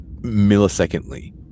millisecondly